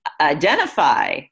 identify